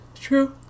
true